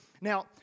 Now